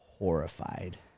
horrified